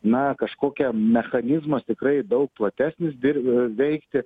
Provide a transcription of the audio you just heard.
na kažkokia mechanizmas tikrai daug platesnis dirbti veikti